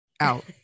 out